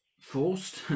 forced